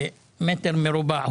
מטר מרובע,